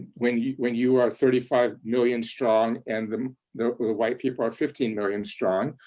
when you when you are thirty five million strong, and the white people are fifteen million strong.